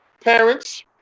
parents